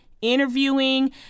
interviewing